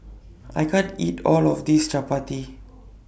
I can't eat All of This Chapati